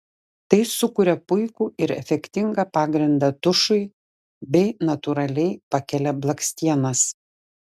tai sukuria puikų ir efektingą pagrindą tušui bei natūraliai pakelia blakstienas